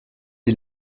est